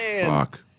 Fuck